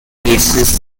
releases